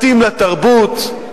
מתאים לתרבות.